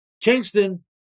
Kingston